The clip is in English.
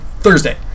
Thursday